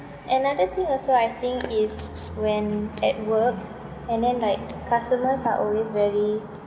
another thing also I think is when at work and then like customers are always very